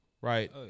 right